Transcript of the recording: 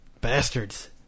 Bastards